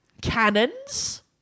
cannons